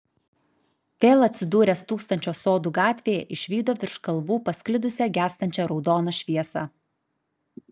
vėl atsidūręs tūkstančio sodų gatvėje išvydo virš kalvų pasklidusią gęstančią raudoną šviesą